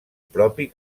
propi